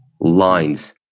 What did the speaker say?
Lines